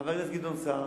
חבר הכנסת גדעון סער,